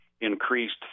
increased